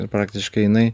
ir praktiškai jinai